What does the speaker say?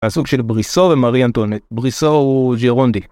מהסוג של בריסו ומרי אנטואנט, בריסו הוא ג'יארונדי.